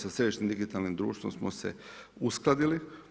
Sa Središnjim digitalnim društvom smo se uskladili.